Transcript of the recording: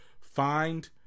find